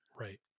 Right